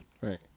right